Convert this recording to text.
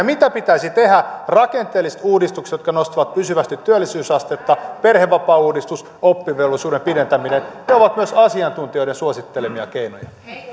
mitä pitäisi tehdä rakenteelliset uudistukset jotka nostavat pysyvästi työllisyysastetta perhevapaauudistus oppivelvollisuuden pidentäminen ne ovat myös asiantuntijoiden suosittelemia